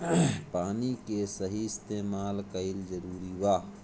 पानी के सही इस्तेमाल कइल जरूरी बा